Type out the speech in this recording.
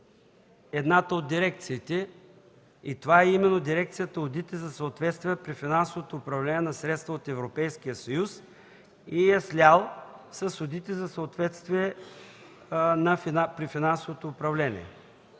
едната от дирекциите. Това е именно дирекцията „Одити за съответствие при финансовото управление на средства от Европейския съюз” и я е слял с „Одити за съответствие при финансовото управление”.